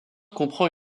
comprend